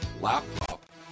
laptop